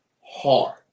hard